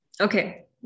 Okay